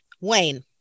wayne